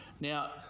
Now